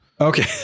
Okay